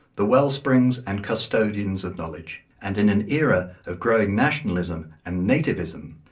the wellsprings and custodians of knowledge, and in an era of growing nationalism and nativism,